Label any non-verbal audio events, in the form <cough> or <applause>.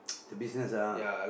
<noise> the business ah